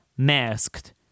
Masked